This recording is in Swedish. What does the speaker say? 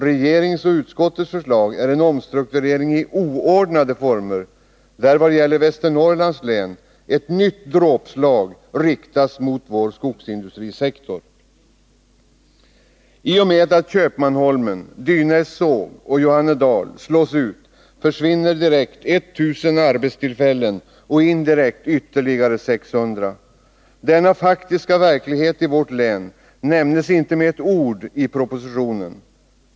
Regeringens och utskottets förslag är en omstrukturering i oordnade former, där vad t.ex. gäller Västernorrlands län ett nytt dråpslag riktas mot vår skogsindustrisektor. I och med att Köpmanholmen, Dynäs såg och Johannedal slås ut försvinner direkt 1000 arbetstillfällen och indirekt ytterligare 600. Denna faktiska verklighet i vårt län nämns inte med ett ord i propositionen.